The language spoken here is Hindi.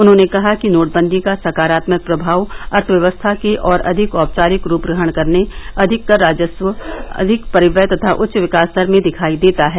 उन्होंने कहा कि नोटबंदी का सकारात्मक प्रभाव अर्थव्यवस्था के और अधिक औपचारिक रूप ग्रहण करने अधिक कर राजस्व अधिक परिव्यय तथा उच्च विकास दर में दिखाई देता है